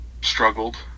struggled